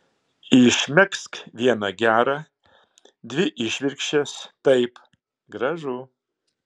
išmegzk vieną gerą dvi išvirkščias taip gražu